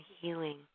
healing